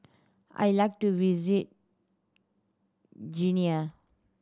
I like to visit Guinea